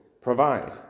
provide